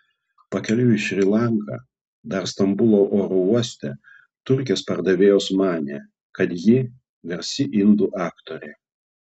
pakeliui į šri lanką dar stambulo oro uoste turkės pardavėjos manė kad ji garsi indų aktorė